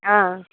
ஆ